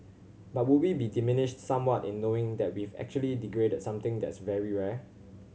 but would we be diminished somewhat in knowing that we've actually degraded something that's very rare